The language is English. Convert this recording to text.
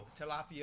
tilapia